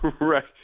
right